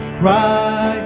cry